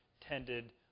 tended